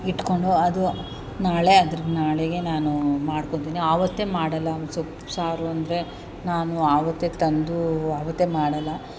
ಇಟ್ಕೊಂಡು ಅದು ನಾಳೆ ಅದ್ರ ನಾಳೆಗೆ ನಾನು ಮಾಡ್ಕೊಳ್ತೀನಿ ಆವತ್ತೇ ಮಾಡೋಲ್ಲ ಸೊಪ್ಪು ಸಾರು ಅಂದರೆ ನಾನು ಆವತ್ತೇ ತಂದೂ ಆವತ್ತೆ ಮಾಡಲ್ಲ